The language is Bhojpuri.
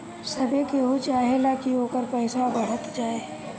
सभे केहू चाहेला की ओकर पईसा बढ़त जाए